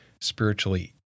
spiritually